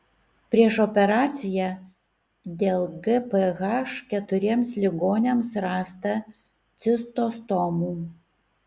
prieš operaciją dėl gph keturiems ligoniams rasta cistostomų